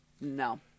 No